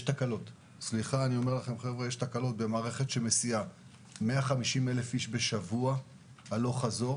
יש תקלות במערכת שמסיעה 150,000 איש בשבוע הלוך חזור.